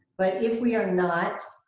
but if we are not,